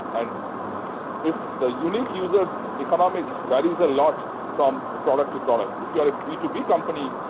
and if the unique user economics, that is a lot from product to product. if you are a b two b company,